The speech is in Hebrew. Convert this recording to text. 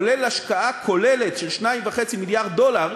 כולל השקעה כוללת של 2.5 מיליארד דולר,